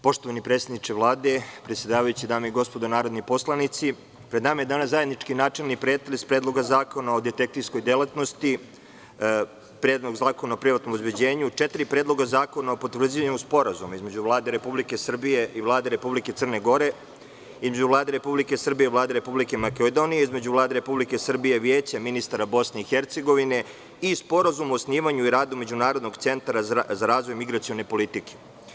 Poštovani predsedniče Vlade, predsedavajući, dame i gospodo narodni poslanici, pred nama je danas zajednički načelni pretres Predloga zakona o detektivskoj delatnosti, Predlog zakona o privatnom obezbeđenju, četiri predloga zakona o potvrđivanju Sporazuma između Vlade Republike Srbije i Vlade Republike Crne Gore, između Vlade Republike Srbije i Vlade Republike Makedonije, između Vlade Republike Srbije i Vijeća ministara Bosne i Hercegovine i Sporazum o osnivanju i radu Međunarodnog centra za razvoj migracione politike.